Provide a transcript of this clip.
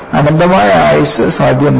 അനന്തമായ ആയുസ്സ് സാധ്യമല്ല